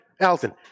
Alton